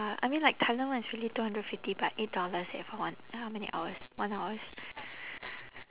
uh I mean like thailand one is really two hundred and fifty but eight dollars eh for one how many hours one hours